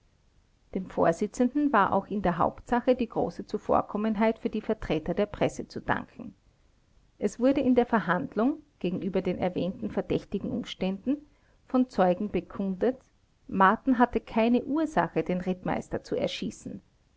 dem vorsitzenden war auch in der hauptsache die große zuvorkommenheit für die vertreter der presse zu danken es wurde in der verhandlung gegenüber den erwähnten verdächtigen umständen von zeugen bekundet marten hatte keine ursache den rittmeister zu erschießen